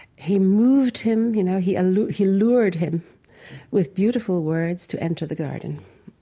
he moved him, you know, he and lured he lured him with beautiful words to enter the garden.